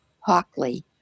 Hockley